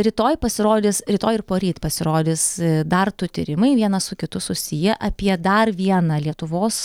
rytoj pasirodys rytoj ir poryt pasirodys dar du tyrimai vienas su kitu susiję apie dar vieną lietuvos